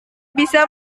bisa